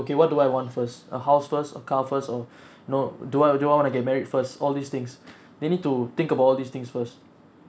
okay what do I want first a house first a car first or no do I do you want to get married first all these things they need to think about all these things first